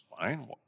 fine